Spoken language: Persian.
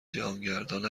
جهانگردان